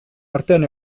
artean